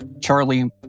Charlie